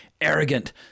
arrogant